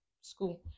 school